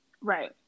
Right